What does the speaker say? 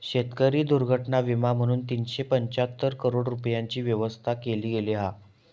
शेतकरी दुर्घटना विमा म्हणून तीनशे पंचाहत्तर करोड रूपयांची व्यवस्था केली गेली हा